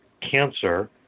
cancer